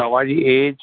तव्हांजी एज